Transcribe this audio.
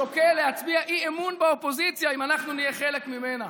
שוקל להצביע אי-אמון באופוזיציה אם אנחנו נהיה חלק ממנה.